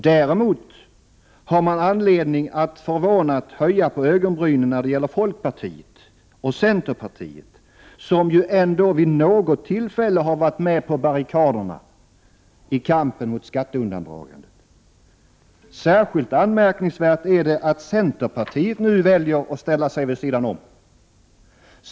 Däremot har man anledning att förvånat höja på ögonbrynen när det gäller folkpartiet och centerpartiet, som ju ändå vid något tillfälle varit med på barrikaderna i kampen mot skatteundandragandet. Särskilt anmärkningsvärt är det att centerpartiet nu väljer att ställa sig vid sidan om.